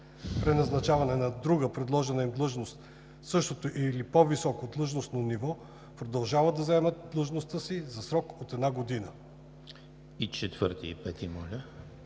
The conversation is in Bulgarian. преназначаване на друга предложена им длъжност в същото или по-високо длъжностно ниво, продължават да заемат длъжността си за срок от 1 година.“ Комисията